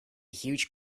huge